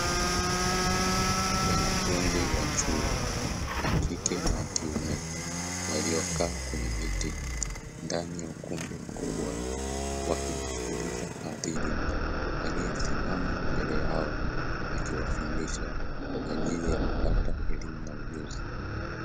Wanafunzi wa chuo wa kike na wa kiume waliokaa kwenye viti, ndani ya ukumbi mkubwa, wakimsikiliza mwadhiri aliyesimama mbele yao, akiwafundisha kwa ajili ya kupata elimu na ujuzi.